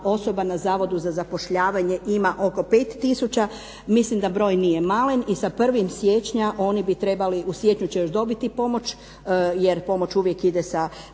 osoba na Zavodu za zapošljavanje ima oko 5000. Mislim da broj nije malen i sa 1. siječnja oni bi trebali, u siječnju će još dobiti pomoć jer pomoć uvijek ide tako,